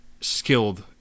skilled